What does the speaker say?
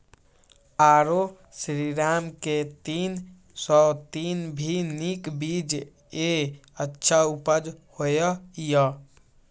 आरो श्रीराम के तीन सौ तीन भी नीक बीज ये अच्छा उपज होय इय?